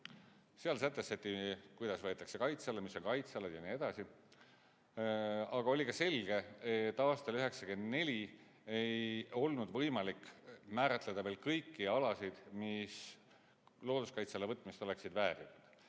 Seal sätestati, kuidas võetakse kaitse alla, mis on kaitse all ja nii edasi. Aga oli ka selge, et aastal 1994 ei olnud võimalik määratleda veel kõiki alasid, mis looduskaitse alla võtmist oleksid väärinud.